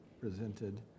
presented